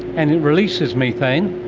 and it releases methane,